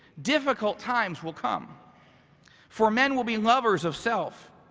difficult times will come for men will be lovers of self,